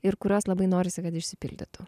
ir kurios labai norisi kad išsipildytų